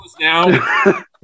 now